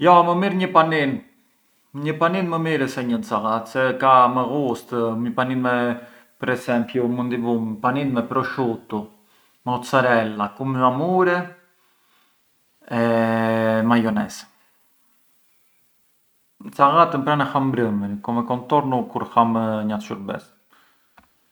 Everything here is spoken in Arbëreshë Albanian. Na pincar kullurin marro, më vjen ment per esempiu, më vjen ment shtenja, më vjen ment per esempiu bota, kulluri i syvet të nonës.